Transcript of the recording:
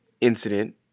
incident